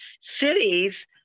cities